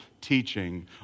teaching